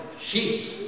sheep